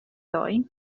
ddoe